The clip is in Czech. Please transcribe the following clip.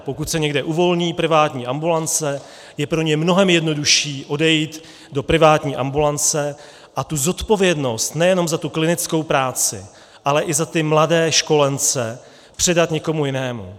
Pokud se někde uvolní privátní ambulance, je pro ně mnohem jednodušší odejít do privátní ambulance a tu zodpovědnost nejenom za tu klinickou práci, ale i za ty mladé školence předat někomu jinému.